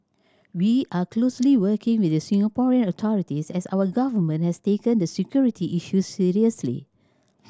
we are closely working with the Singaporean authorities as our government has taken the security issue seriously